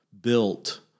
built